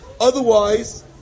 Otherwise